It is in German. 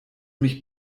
mich